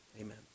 amen